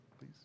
please